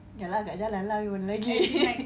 ya lah kat jalan lah abeh mana lagi